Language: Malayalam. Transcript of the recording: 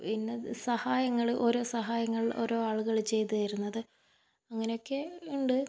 പിന്നത് സഹായങ്ങൾ ഓരോ സഹായങ്ങൾ ഓരോ ആളുകൾ ചെയ്ത് തരുന്നത് അങ്ങനെയൊക്കെ ഉണ്ട്